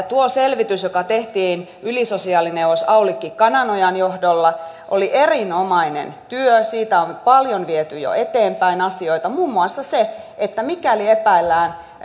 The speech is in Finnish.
tuo selvitys joka tehtiin ylisosiaalineuvos aulikki kananojan johdolla oli erinomainen työ siitä on paljon viety jo eteenpäin asioita muun muassa se että mikäli epäillään